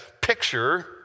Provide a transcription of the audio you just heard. picture